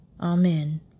Amen